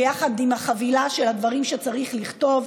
ביחד עם החבילה של הדברים שצריך לכתוב,